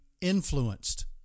influenced